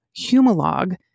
Humalog